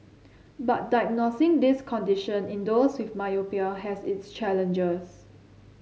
but diagnosing this condition in those with myopia has its challenges